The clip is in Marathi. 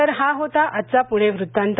तर हा होता आजचा पूणे वृत्तांत